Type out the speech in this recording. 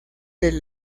del